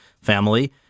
family